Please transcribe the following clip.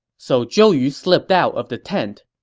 so zhou yu slipped out of the tent.